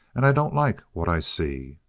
and i don't like what i see.